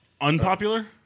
Unpopular